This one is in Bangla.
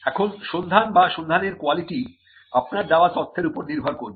এখন সন্ধান বা সন্ধানের কোয়ালিটি আপনার দেওয়া তথ্যের উপর নির্ভর করবে